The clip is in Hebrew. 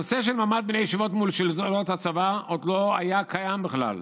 הנושא של מעמד בני הישיבות מול שלטונות הצבא עוד לא היה קיים בכלל,